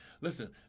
Listen